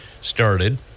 started